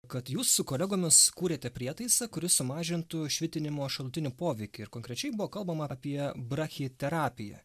kad jūs su kolegomis kūrėte prietaisą kuris sumažintų švitinimo šalutinį poveikį ir konkrečiai buvo kalbama apie brachiterapiją